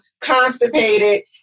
constipated